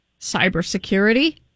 Cybersecurity